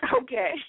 Okay